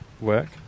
work